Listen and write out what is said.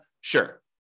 Sure